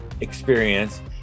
experience